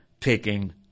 taking